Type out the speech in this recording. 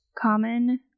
common